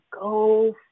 go